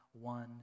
one